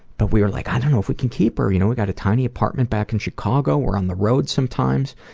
but we were like, i don't know if we can keep her. you know we got a tiny apartment back in chicago, we're on the road sometimes.